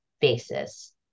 basis